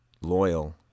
loyal